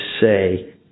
say